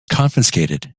confiscated